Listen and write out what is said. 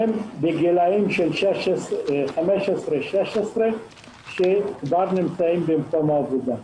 כבר בגילאי 15 16 הם נמצאים במקום העבודה.